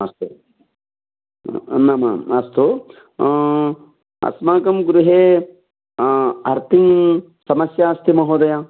अस्तु नाम अस्तु अस्माकं गृहे अर्तिङ् समस्या अस्ति महोदय